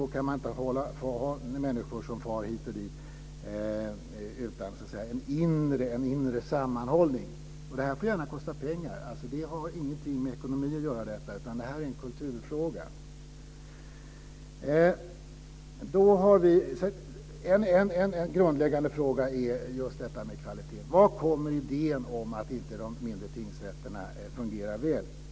Då kan man inte ha människor som far hit och dit utan en inre sammanhållning. Och detta får gärna kosta pengar. Detta har ingenting med ekonomi att göra, utan det är en kulturfråga. En grundläggande fråga är just detta med kvaliteten. Varifrån kommer idén om att de mindre tingsrätterna inte fungerar väl?